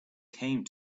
came